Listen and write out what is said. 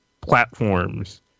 platforms